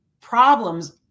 problems